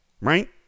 Right